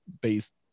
based